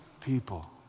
people